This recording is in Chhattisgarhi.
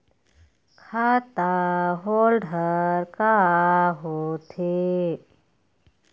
खाता होल्ड हर का होथे?